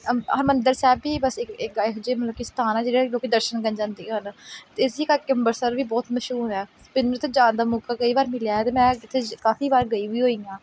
ਹਰਿਮੰਦਰ ਸਾਹਿਬ ਵੀ ਬਸ ਕਿ ਇੱਕ ਇਹੋ ਜਿਹੀ ਮਤਲਬ ਕਿ ਸਥਾਨ ਹੈ ਜਿਹਦੇ ਲੋਕ ਦਰਸ਼ਨ ਕਰਨ ਜਾਂਦੇ ਹਨ ਅਤੇ ਇਸ ਕਰਕੇ ਅੰਮ੍ਰਿਤਸਰ ਵੀ ਬਹੁਤ ਮਸ਼ਹੂਰ ਹੈ ਮੈਨੂੰ ਉੱਥੇ ਜਾਣ ਦਾ ਮੌਕਾ ਕਈ ਵਾਰ ਮਿਲਿਆ ਹੈ ਅਤੇ ਮੈਂ ਇੱਥੇ ਕਾਫ਼ੀ ਵਾਰ ਗਈ ਵੀ ਹੋਈ ਹਾਂ